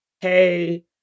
hey